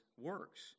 works